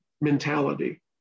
mentality